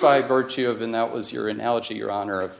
by virtue of and that was your analogy your honor